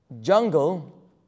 Jungle